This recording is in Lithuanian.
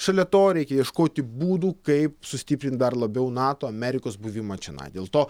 šalia to reikia ieškoti būdų kaip sustiprint dar labiau nato amerikos buvimą čionai dėl to